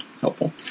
helpful